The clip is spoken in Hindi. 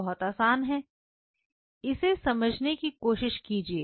बहुत आसान है इसे समझने की कोशिश कीजिए